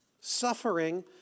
suffering